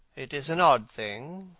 it is an odd thing,